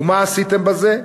ומה עשיתם בזה?